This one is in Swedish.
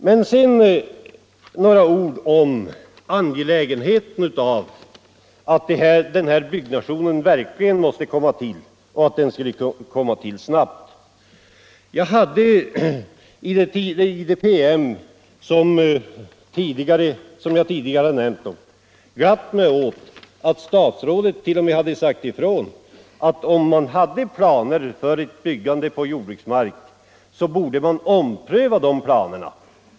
Vidare några ord om angelägenheten av att den här bebyggelsen verkligen kommer till stånd och att den måste komma till snabbt. I den PM som jag tidigare nämnt gladde det mig att läsa att statsrådet t.o.m. hade sagt ifrån att om man hade planer på att bygga på jordbruksmark, borde man ompröva de planerna.